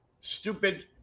stupid